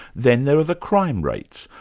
then there are the crime rates,